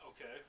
Okay